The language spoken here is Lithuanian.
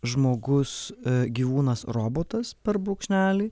žmogus gyvūnas robotas per brūkšnelį